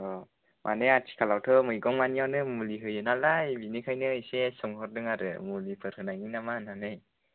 अ माने आथिखालावथ' मैगंमानेआनो मुलि होयो नालाय बेनिखायनो इसे सोंहरदों आरो मुलिफोर होनायनि नामा होननानै